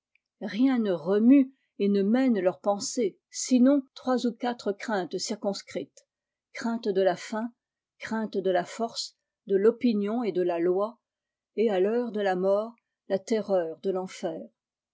rien ne remue et ne mène leurs pensées sinon trois ou quatre craintes circonscrites crainte de la faim crainte de la force de l'opinion et de la loi et à l'heure de la mort la terreur de l'enferj